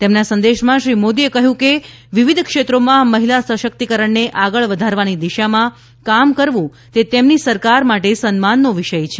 તેમના સંદેશમાં શ્રી મોદીએ જણાવ્યું કે વિવિધ ક્ષેત્રોમાં મહિલા સશક્તિકરણને આગળ વધારવાની દિશામાં કામ કરવું તે તેમની સરકાર માટે સન્માનનો વિષય છે